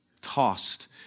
tossed